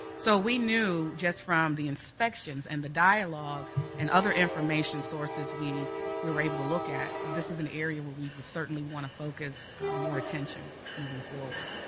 so we knew just from the inspections and the dialogue and other information sources we we were able to look at this is an area where we would certainly want to focus more attention moving forward.